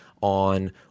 on